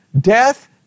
death